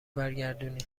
برگردونی